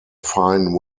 fine